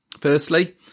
firstly